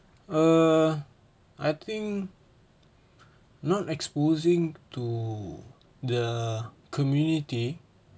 err I think not exposing to the community